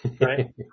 Right